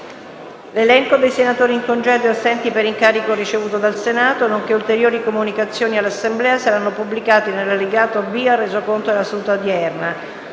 L'elenco dei senatori in congedo e assenti per incarico ricevuto dal Senato, nonché ulteriori comunicazioni all'Assemblea saranno pubblicati nell'allegato B al Resoconto della seduta odierna.